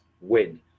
win